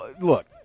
look